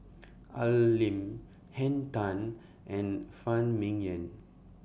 Al Lim Henn Tan and Phan Ming Yen